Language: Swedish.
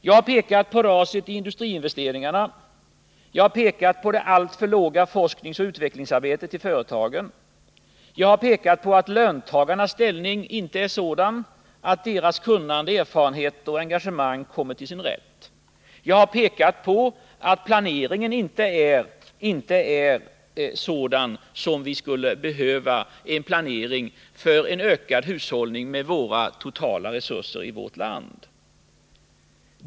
Jag har pekat på raset i industrins investeringar, på det alltför låga forskningsoch utvecklingsarbetet i företagen, på att löntagarnas ställning inte är sådan att deras kunnande, erfarenheter och engagemang kommer till sin rätt och på att planeringen inte är som den skulle behöva vara, en planering för ökad hushållning med de totala resurserna i vårt land.